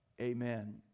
Amen